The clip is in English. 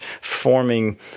forming—